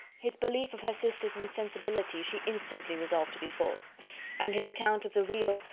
his belief of her sister's insensibility she instantly resolved to be false and his account of the real,